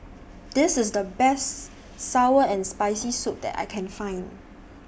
This IS The Best Sour and Spicy Soup that I Can Find